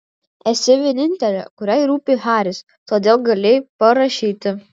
esi vienintelė kuriai rūpi haris todėl galėjai parašyti